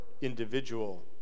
individual